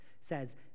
says